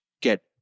get